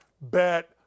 bet